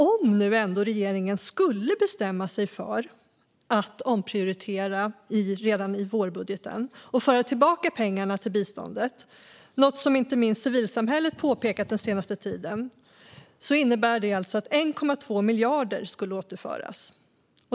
Om regeringen ändå skulle bestämma sig för att omprioritera redan i vårbudgeten och föra tillbaka pengarna till biståndet, något som inte minst civilsamhället efterfrågat den senaste tiden, innebär det att 1,2 miljarder skulle återföras.